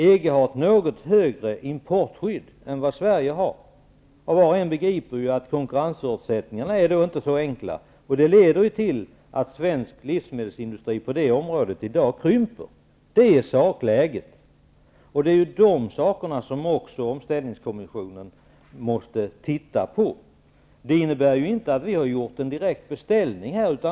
EG har ett något högre importskydd än vad Sverige har. Var och en begriper att konkurrensförutsättningarna inte är så stora. Det leder till att svensk livsmedelsindustri krymper på det området. Så ser situationen ut. Det är sådana saker som omställningskommissionen måste se över. Det innebär inte att vi har gjort en direkt beställning.